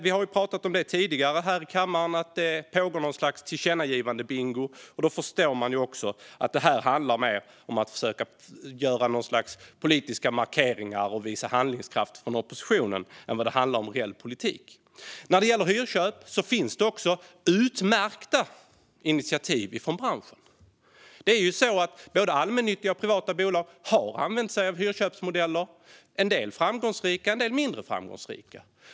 Vi har ju tidigare pratat här i kammaren om att det pågår något slags tillkännagivandebingo, och då förstår man också att detta handlar mer om att försöka göra något slags politiska markeringar och visa handlingskraft från oppositionen än vad det handlar om reell politik. När det gäller hyrköp finns det också utmärkta initiativ från branschen. Både allmännyttiga och privata bolag har använt sig av hyrköpsmodeller - en del framgångsrika och en del mindre framgångsrika.